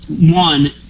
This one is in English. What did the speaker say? one